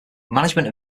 management